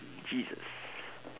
Jesus